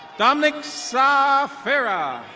domixa ferra.